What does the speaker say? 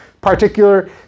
particular